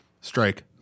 Strike